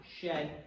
shed